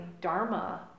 dharma